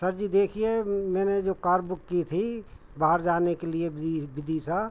sir ji देखिए मैंने जो कार बुक की थी बाहर जाने के लिए विदिशा